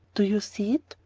do you see it?